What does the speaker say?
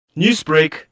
Newsbreak